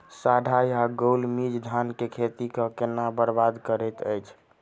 साढ़ा या गौल मीज धान केँ खेती कऽ केना बरबाद करैत अछि?